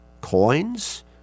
coins